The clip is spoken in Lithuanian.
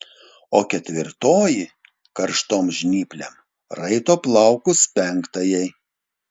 o ketvirtoji karštom žnyplėm raito plaukus penktajai